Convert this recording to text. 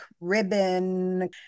ribbon